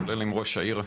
כולל עם ראש העיר בפודטק,